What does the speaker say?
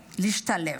להשתלב.